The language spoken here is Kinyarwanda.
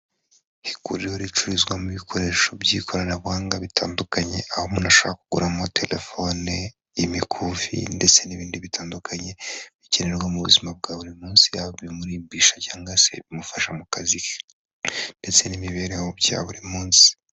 Iguriro ricururizwamo bikoresho by'ikoranabuhanga bitandukanye aho umuntu ashobora kuguramo telefone, imikufi ndetse n'ibindi bitandukanye bikenerwa mu buzima bwa buri munsi, haba ibimurimbisha cyangwa se ibimufasha mu kazi ke ndetse n'imibereho bya buri munsi.